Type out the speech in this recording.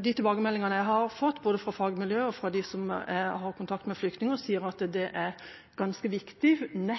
De tilbakemeldingene jeg har fått både fra fagmiljøer og fra dem som har kontakt med flyktninger, sier at det er ganske viktig,